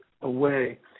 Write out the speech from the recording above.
away